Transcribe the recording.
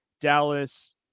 Dallas